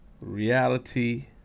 reality